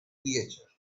creature